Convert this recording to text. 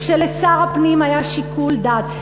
כשלשר הפנים היה שיקול דעת?